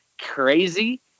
crazy